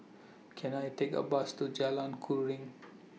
Can I Take A Bus to Jalan Keruing